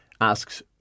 asks